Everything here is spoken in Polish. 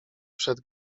przed